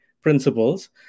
principles